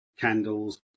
candles